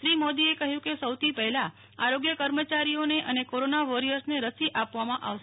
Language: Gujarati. શ્રી મોદીએ કહ્યું કે સૌથી પહેલા આરોગ્ય કર્મચારીઓને અને કોરોના વોરિયર્સને રસી આપવામાં આવશે